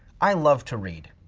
i love to read,